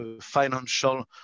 financial